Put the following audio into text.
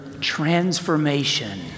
transformation